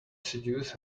seduce